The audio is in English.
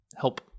help